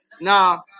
Now